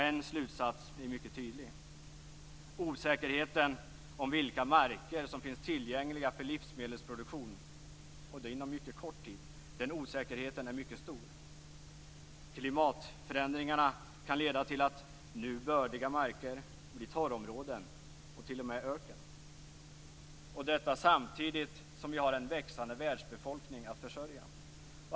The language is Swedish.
En slutsats är mycket tydlig, nämligen osäkerheten om vilka marker som finns tillgängliga för livsmedelsproduktion, och det inom mycket kort tid. Den osäkerheten är mycket stor. Klimatförändringarna kan leda till att nu bördiga marker blir torrområden och t.o.m. öken - detta samtidigt som vi har en växande världsbefolkning att försörja.